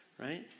right